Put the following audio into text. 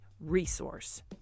resource